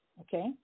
Okay